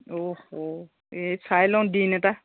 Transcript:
অহ হ' এই চাই লওঁ দিন এটা